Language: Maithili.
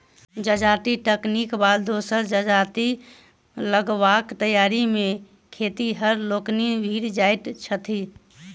जजाति कटनीक बाद दोसर जजाति लगयबाक तैयारी मे खेतिहर लोकनि भिड़ जाइत छथि